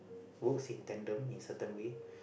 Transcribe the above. works in tandem in certain way